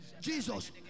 Jesus